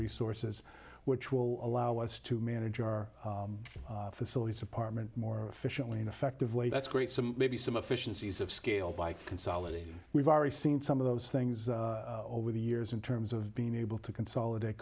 resources which will allow us to manage our facilities department more efficiently and effectively that's great some maybe some officious ease of scale by consolidating we've already seen some of those things over the years in terms of being able to consolidate